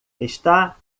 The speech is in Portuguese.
está